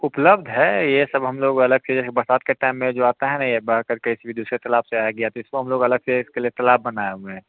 उपलब्ध है ये सब हम लोग अलग से जो है बरसात के टाइम में जो आता है न ये बह कर कैसे भी दूसरा तलाब से आ गया तो इसको हम लोग अलग से इसके लिए तलाब बनाए हुए हैं